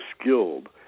skilled